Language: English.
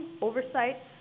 oversight